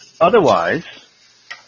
Otherwise